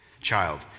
child